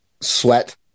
Sweat